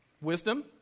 Wisdom